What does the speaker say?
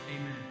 Amen